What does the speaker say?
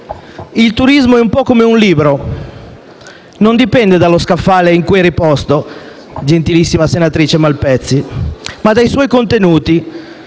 Il turismo è un po' come un libro: non dipende dallo scaffale in cui è riposto, gentilissima senatrice Malpezzi, ma dai suoi contenuti,